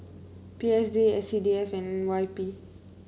P S D S C D F and Y P